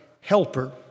helper